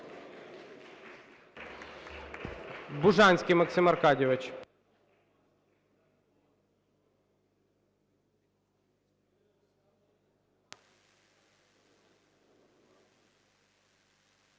Бужанський Максим Аркадійович.